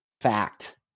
fact